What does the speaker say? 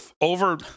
Over